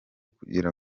kugera